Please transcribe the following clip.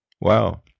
wow